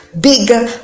bigger